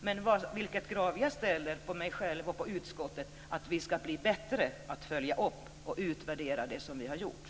Men kravet som jag ställer på mig själv och utskottet är att vi ska bli bättre på att följa upp och utvärdera våra beslut.